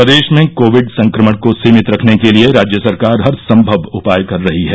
प्रदेश में कोविड संक्रमण को सीमित रखने के लिए राज्य सरकार हर संभव उपाय कर रही है